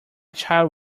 child